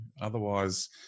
otherwise